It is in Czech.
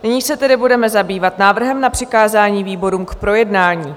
Nyní se tedy budeme zabývat návrhem na přikázání výborům k projednání.